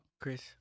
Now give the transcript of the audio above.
Chris